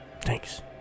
thanks